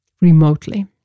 remotely